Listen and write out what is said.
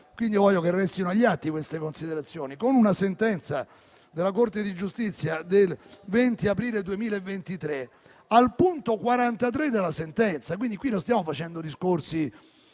però - voglio che restino agli atti queste considerazioni - in una sentenza della Corte di giustizia del 20 aprile 2023, al punto 43 (qui non stiamo facendo discorsi